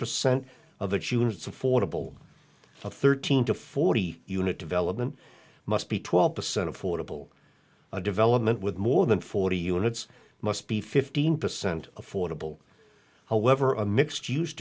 percent of its units affordable for thirteen to forty unit development must be twelve percent affordable development with more than forty units must be fifteen percent affordable however a mixed use